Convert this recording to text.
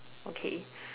okay